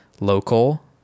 local